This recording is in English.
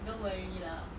don't worry lah